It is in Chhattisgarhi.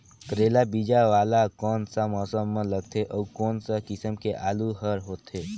करेला बीजा वाला कोन सा मौसम म लगथे अउ कोन सा किसम के आलू हर होथे?